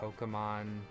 Pokemon